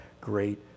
great